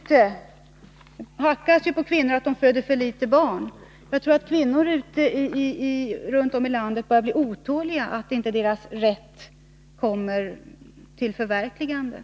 Det hackas ju på kvinnorna för att de föder för få barn, men jag tror också att kvinnor runt om i landet börjar bli otåliga över att de inte får den smärtlindring som de har rätt till.